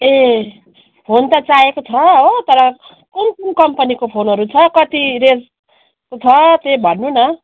ए हुन्छ चाहिएको छ हो तर कुन कुन कम्पनीको फोनहरू छ कति रेन्जको छ त्यै भन्नु न